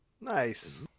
Nice